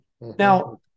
Now